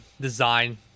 design